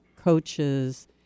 coaches